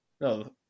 No